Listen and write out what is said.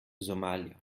somalia